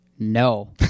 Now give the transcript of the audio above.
No